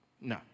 No